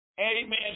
Amen